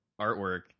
artwork